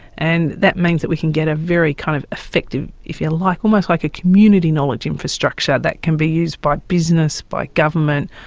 and that means that we can get a very kind of effective, if you like almost like a community knowledge infrastructure that can be used by business, by government,